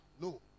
no